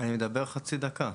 אני אדבר חצי דקה.